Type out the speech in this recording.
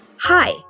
hi